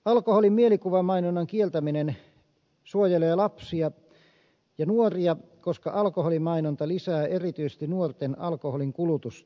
alkoholin mielikuvamainonnan kieltäminen suojelee lapsia ja nuoria koska alkoholimainonta lisää erityisesti nuorten alkoholin kulutusta